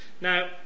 Now